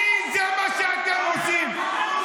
כי זה מה שאתם עושים,